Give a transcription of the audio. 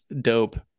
dope